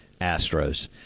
Astros